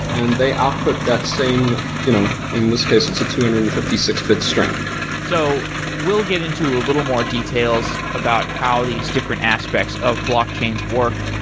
and they output that same you know in this case, it's a two hundred and fifty six bit strength so we'll get into a little more details about how these different aspects of blockchain work.